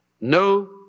no